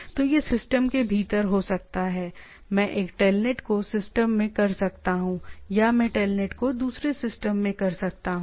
तो यह सिस्टम के भीतर हो सकता है मैं एक टेलनेट को सिस्टम में कर सकता हूं या मैं टेलनेट को दूसरे सिस्टम में कर सकता हूं